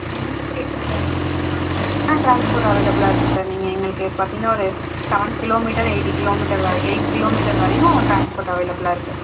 ஆ transport அவைலபில்லாக இருக்கு sir நீங்கள் எங்களுக்கு இப்போ பார்த்திங்கனா ஒரு செவன் கிலோமீட்டர் எய்ட்டி கிலோமீட்டர் வரை எய்ட் கிலோமீட்டர் வரையும் ட்ரான்ஸ்போர்ட் அவைலபில்லாக இருக்கு